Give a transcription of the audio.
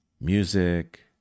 music